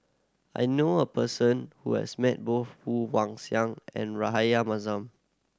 I know a person who has met both Woon Wah Siang and Rahayu Mahzam